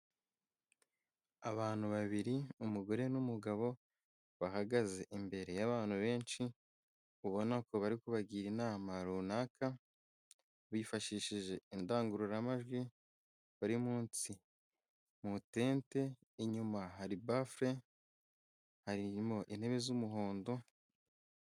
Abantu babiri, umugore n'umugabo bahagaze imbere y'abantu benshi ubona ko bari kubagira inama runaka bifashishije indangururamajwi, bari munsi mu itente. Inyuma hari bafure, hari intebe z'umuhondo.